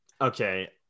Okay